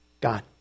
God